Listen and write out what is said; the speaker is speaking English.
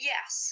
Yes